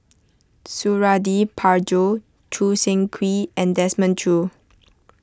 Suradi Parjo Choo Seng Quee and Desmond Choo